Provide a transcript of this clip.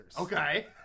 Okay